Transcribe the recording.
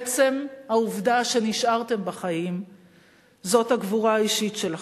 עצם העובדה שנשארתם בחיים זאת הגבורה האישית שלכם.